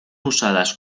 usadas